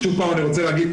שוב פעם אני רוצה להגיד,